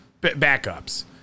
Backups